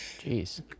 Jeez